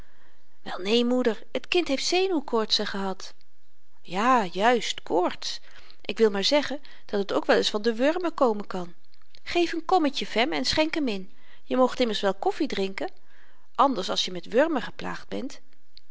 wel neen moeder t kind heeft zenuwkoortsen gehad ja juist koorts ik wil maar zeggen dat het ook wel eens van de wurmen komen kan geef n kommetje fem en schenk hem in je moogt immers wel koffi drinken anders als je met wurmen geplaagd bent